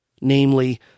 namely